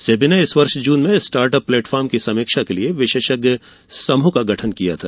सेबी ने इस वर्ष जून में स्टार्ट अप प्लेटफॉर्म की समीक्षा के लिए विशेषज्ञ समूह का गठन किया था